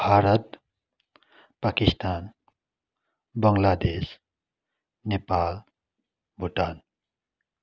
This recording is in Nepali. भारत पाकिस्तान बङ्गलादेश नेपाल भुटान